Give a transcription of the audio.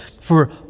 For